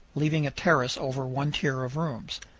leaving a terrace over one tier of rooms.